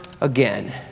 again